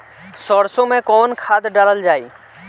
सरसो मैं कवन खाद डालल जाई?